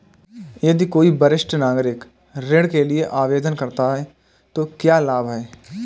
यदि कोई वरिष्ठ नागरिक ऋण के लिए आवेदन करता है तो क्या लाभ हैं?